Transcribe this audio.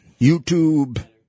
YouTube